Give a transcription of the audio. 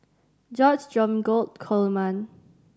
George Dromgold Coleman